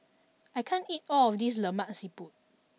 I can't eat all of this Lemak Siput